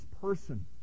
person